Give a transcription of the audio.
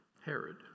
Herod